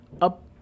up